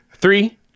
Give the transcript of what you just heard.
three